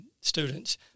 students